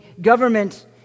government